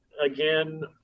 again